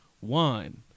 one